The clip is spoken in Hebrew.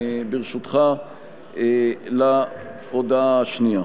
ברשותך, להודעה השנייה.